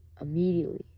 immediately